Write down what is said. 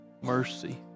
mercy